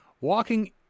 Walking